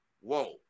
whoa